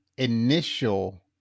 initial